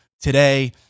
today